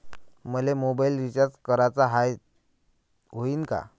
मले mobile recharge कराचा हाय, होईनं का?